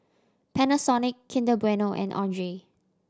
Panasonic Kinder Bueno and Andre